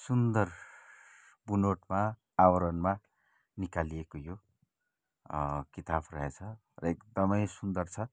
सुन्दर बुनोटमा आवरणमा निकालिएको यो किताब रहेछ र एकदमै सुन्दर छ